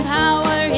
power